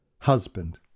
husband